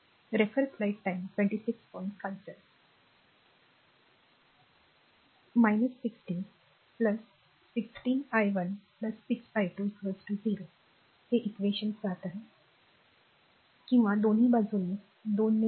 60 16 i 1 6 i2 0 मिळतील किंवा दोन्ही बाजूंनी 2 ने भाग